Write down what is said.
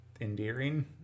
endearing